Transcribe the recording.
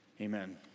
amen